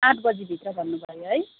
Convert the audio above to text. आठ बजीभित्र भन्नुभयो है